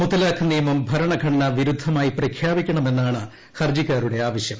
മുത്തലാഖ് നിയമം ഭരണ ഘടനാവിരുദ്ധമായി പ്രഖ്യാപിക്കണമെന്നാണ് ഹർജിക്കാരുടെ ആവശ്യം